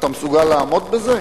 אתה מסוגל לעמוד בזה?